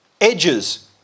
edges